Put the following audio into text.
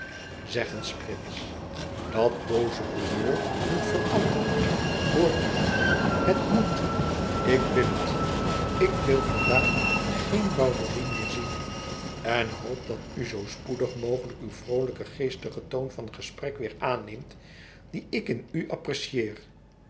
eens prins dat booze humeur moet veranderen hoort u het moet ik wil het ik wil vandaag geen bouderie meer zien en hoop dat u zoo spoedig mogelijk uw vroolijken geestigen toon van gesprek weêr aanneemt dien ik in u apprecieer